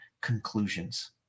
conclusions